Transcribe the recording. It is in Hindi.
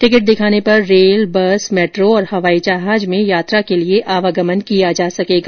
टिकिट दिखाने पर रेल बस मेट्रो और हवाई जहाज में यात्रा के आवागमन किया जा सकेगा